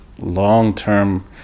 long-term